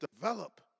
develop